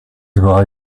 war